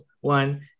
One